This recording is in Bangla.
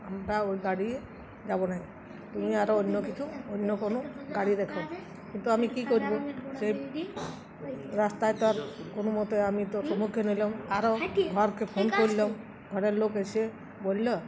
আমরা ওই গাড়ি যাবো নাই তুমি আরও অন্য কিছু অন্য কোনো গাড়ি দেখো কিন্তু আমি কী করবো সে রাস্তায় তো আর কোনো মতে আমি তো সম্মুখীন এল আরও ঘরকে ফোন করলাম ঘরের লোক এসে বললো